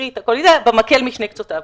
במקל משני קצותיו,